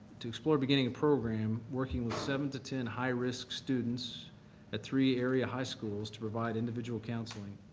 to explore beginning a program working with seven to ten high-risk students at three area high schools to provide individual counseling,